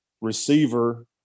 receiver